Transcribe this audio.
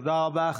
תודה רבה.